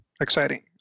exciting